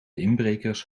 inbrekers